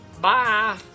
Bye